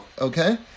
Okay